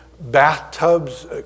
bathtubs